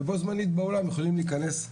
ובו זמנית באולם יכולים להיכנס,